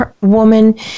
woman